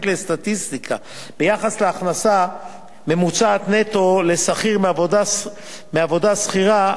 לסטטיסטיקה ביחס להכנסה ממוצעת נטו לשכיר מעבודה שכירה,